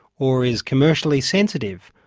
or is commercially sensitive,